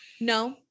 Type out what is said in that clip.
No